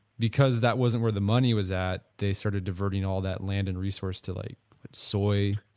because that wasn't where the money was at, they started diverting all that land and resource to like soy